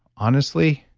honestly,